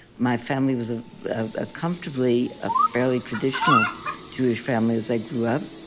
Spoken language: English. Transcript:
my family was ah ah comfortably a fairly traditional jewish family as i grew up.